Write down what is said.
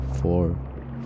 four